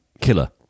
killer